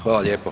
Hvala lijepo.